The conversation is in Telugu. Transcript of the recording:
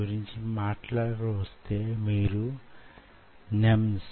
దూరం లోతు రెండూ తక్కువ గానే వుంటాయి